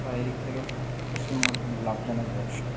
আর এই দিক থেকে পশ্চিমবঙ্গের লাভজনক ব্যবসা